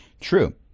True